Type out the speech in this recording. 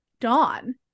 Dawn